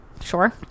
Sure